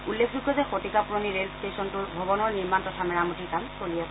উল্লেখযোগ্য যে শতিকাপুৰণি ৰেল ষ্টেচনটোৰ ভৱনৰ নিৰ্মাণ তথা মেৰামতিৰ কাম চলি আছে